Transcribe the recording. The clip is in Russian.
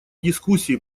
дискуссии